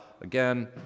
again